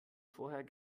vorher